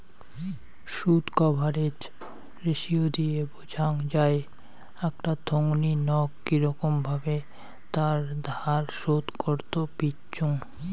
শুধ coverage ratio দিয়ে বোঝাং যাই আকটা থোঙনি নক কিরম ভাবে তার ধার শোধ করত পিচ্চুঙ